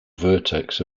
vertex